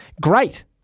great